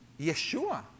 Yeshua